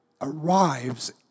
arrives